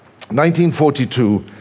1942